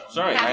Sorry